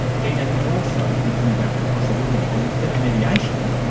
ghena is also thinking about the possibility that instead of mediation,